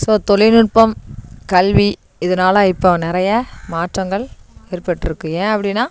so தொழில்நுட்பம் கல்வி இதனால இப்போ நிறைய மாற்றங்கள் ஏற்பட்டு இருக்குது ஏன் அப்படின்னா